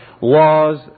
laws